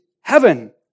heaven